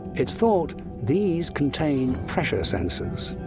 it's thought these contained pressure sensors.